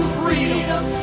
freedom